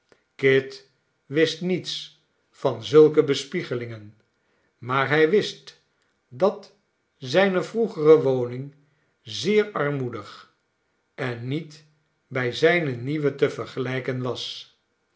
kit wist niets van zulke bespiegelingen maar hij wist dat zijne vroegere woning zeer armoedig en niet bij zijne nieuwe te vergelijken was